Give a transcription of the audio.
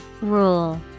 Rule